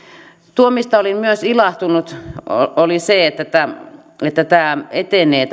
tuo mistä olin myös ilahtunut oli se että tämä että tämä valituslupamenettelyuudistus etenee